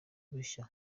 bushya